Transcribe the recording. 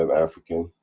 um african?